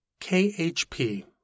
KHP